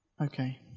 Okay